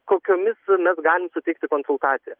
kokiomis mes galim suteikti konsultaciją